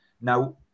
now